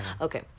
Okay